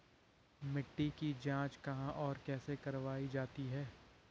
मिट्टी की जाँच कहाँ और कैसे करवायी जाती है?